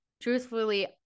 truthfully